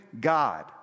God